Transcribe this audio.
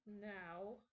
now